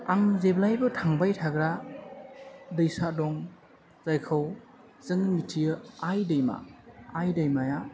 आं जेब्लायबो थांबाय थाग्रा दैसा दं जायखौ जों मिथियो आइ दैमा आइ दैमाया